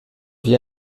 wie